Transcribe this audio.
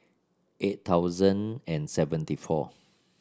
eight thousand and seventy four